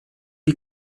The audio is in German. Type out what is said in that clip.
die